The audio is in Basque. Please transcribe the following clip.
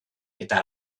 eta